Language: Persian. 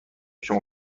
شما